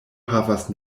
havas